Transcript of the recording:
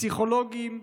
פסיכולוגים,